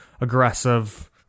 aggressive